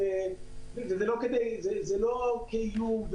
זה לא כאיום,